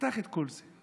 חתך את כל זה.